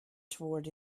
toward